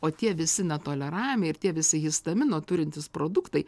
o tie visi netoleravimai ir tie visi histamino turintys produktai